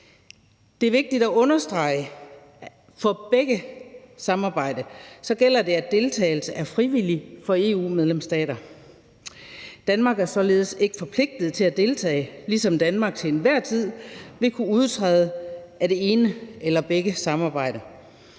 Det er vigtigt at understrege, at det for begge samarbejder gælder, at deltagelse er frivilligt for EU-medlemsstater. Danmark er således ikke forpligtet til at deltage, ligesom Danmark til enhver tid vil kunne udtræde af det ene eller begge samarbejder.